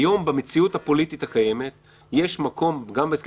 היום במציאות הפוליטית הקיימת יש מקום גם בהסכם